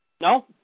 No